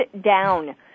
down